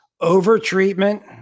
Over-treatment